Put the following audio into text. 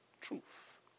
Truth